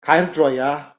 caerdroea